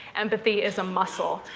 empathy is a muscle.